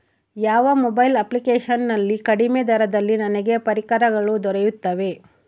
ಯಾವ mobile application ನಲ್ಲಿ ಕಡಿಮೆ ದರದಲ್ಲಿ ನನಗೆ ಪರಿಕರಗಳು ದೊರೆಯುತ್ತವೆ?